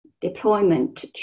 deployment